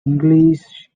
english